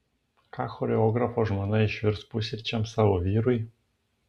ką choreografo žmona išvirs pusryčiams savo vyrui